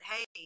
Hey